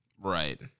Right